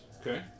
Okay